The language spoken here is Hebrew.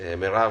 למרב.